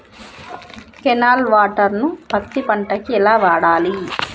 Canal water ను పత్తి పంట కి ఎలా వాడాలి?